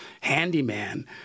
handyman